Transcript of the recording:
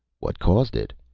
what caused it,